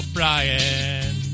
Brian